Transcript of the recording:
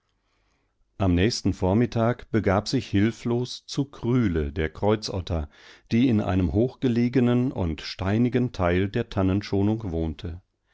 am nächsten vormittag begab sich hilflos zu kryle der kreuzotter die in einem hochgelegenen und steinigen teil der tannenschonung wohnte